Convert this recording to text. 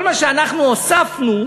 כל מה שאנחנו הוספנו,